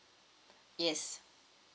yes